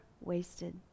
wasted